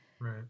right